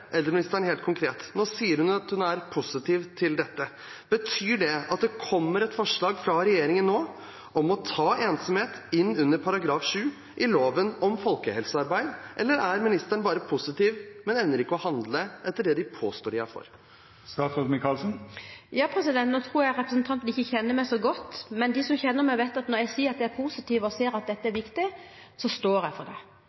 eldreministeren et helt konkret spørsmål. Nå sier hun at hun er positiv til dette. Betyr det at det nå kommer et forslag fra regjeringen om å ta ensomhet inn under § 7 i lov om folkehelsearbeid? Eller er ministeren bare positiv, men evner ikke å handle etter det de påstår de er for? Nå tror jeg at representanten ikke kjenner meg så godt. Men de som kjenner meg, vet at når jeg sier at jeg er positiv og ser at dette er viktig, så står jeg for det.